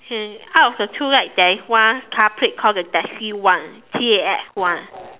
out of the two light there is one car plate call the taxi one T A X one